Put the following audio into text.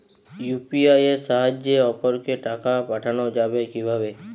UPI এর সাহায্যে অপরকে টাকা পাঠানো যাবে কিভাবে?